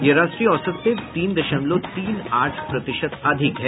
यह राष्ट्रीय औसत से तीन दशमलव तीन आठ प्रतिशत अधिक है